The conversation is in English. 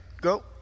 go